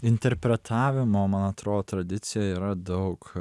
interpretavimo man atrodo tradicija yra daug